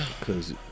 Cause